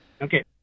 Okay